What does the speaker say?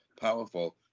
powerful